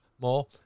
more